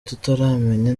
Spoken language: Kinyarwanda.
tutaramenya